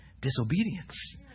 disobedience